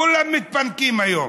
כולם מתפנקים היום,